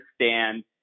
understand